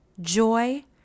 joy